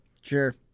Sure